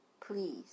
Please